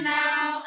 now